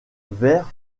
vert